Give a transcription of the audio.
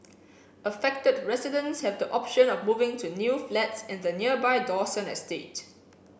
affected residents have the option of moving to new flats in the nearby Dawson estate